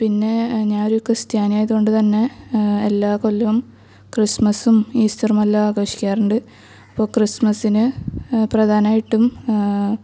പിന്നെ ഞാൻ ഒരു ക്രിസ്ത്യാനി ആയതു കൊണ്ടു തന്നെ എല്ലാ കൊല്ലവും ക്രിസ്മസും ഈസ്റ്ററുമെല്ലാം ആഘോഷിക്കാറുണ്ട് അപ്പോൾ ക്രിസ്മസിന് പ്രധാനായിട്ടും